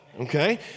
okay